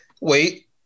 Wait